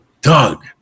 Doug